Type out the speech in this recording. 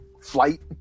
flight